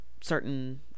certain